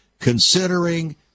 considering